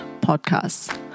Podcast